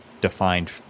defined